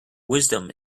wisdom